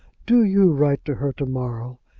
do you write to her to-morrow,